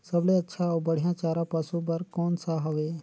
सबले अच्छा अउ बढ़िया चारा पशु बर कोन सा हवय?